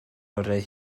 oriau